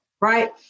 right